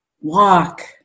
walk